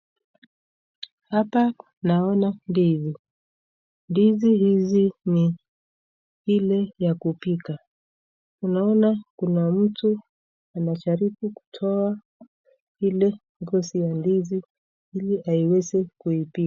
Hapa naona ndizi, ndizi hizi ni ile ya kupika, ninaona kuna mtu anajaribu kutoa hili ngozi ya ndizi ili aiweze kuipika.